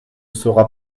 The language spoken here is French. sera